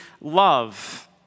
love